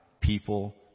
people